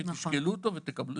שתשקלו אותו ותקבלו.